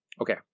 okay